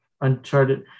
Uncharted